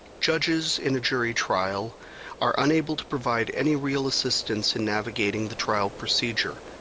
judges in a jury trial are unable to provide any real assistance in navigating the trial procedure.